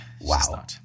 Wow